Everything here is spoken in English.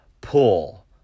pull